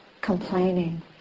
complaining